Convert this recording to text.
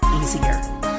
easier